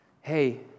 Hey